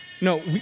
no